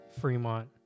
Fremont